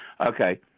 Okay